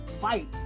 fight